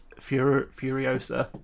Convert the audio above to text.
*Furiosa*